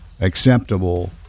acceptable